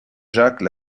jacques